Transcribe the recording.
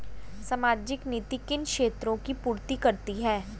सामाजिक नीति किन क्षेत्रों की पूर्ति करती है?